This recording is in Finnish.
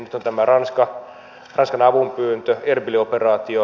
nyt on tämä ranskan avunpyyntö ja erbil operaatio